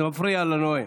זה מפריע לנואם.